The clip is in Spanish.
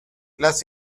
las